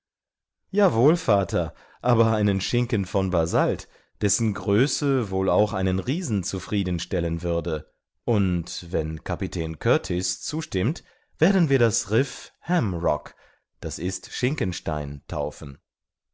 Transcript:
ja wohl vater aber einen schinken von basalt dessen größe wohl auch einen riesen zufrieden stellen würde und wenn kapitän kurtis zustimmt werden wir das riff ham rock d i schinken stein taufen